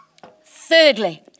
Thirdly